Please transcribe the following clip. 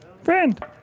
Friend